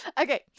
Okay